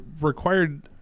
required